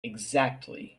exactly